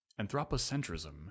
Anthropocentrism